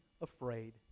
afraid